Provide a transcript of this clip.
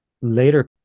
later